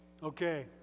Okay